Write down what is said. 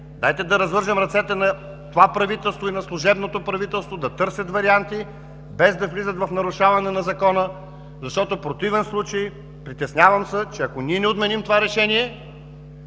дайте да развържем ръцете на това правителство и на служебното правителство да търсят варианти без да влизат в нарушаване на закона. В противен случай се притеснявам, че ако не отменим това решение,